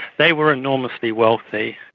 they were enormously wealthy.